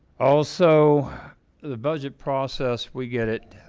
also budget process we get it